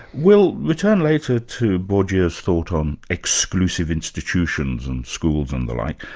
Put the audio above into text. we'll return later to bourdieu's thought on exclusive institutions and schools and the like,